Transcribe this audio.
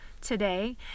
today